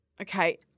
Okay